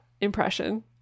impression